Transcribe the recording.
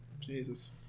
Jesus